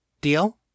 Deal